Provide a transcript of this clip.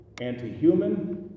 anti-human